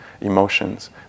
emotions